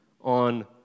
on